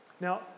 Now